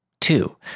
Two